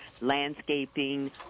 landscaping